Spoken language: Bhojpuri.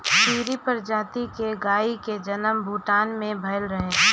सीरी प्रजाति के गाई के जनम भूटान में भइल रहे